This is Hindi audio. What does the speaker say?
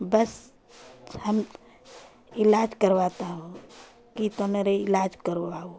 बस हम इलाज करवाता हूँ कि तुम मेरे इलाज करवाओ